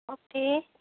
okay